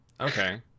Okay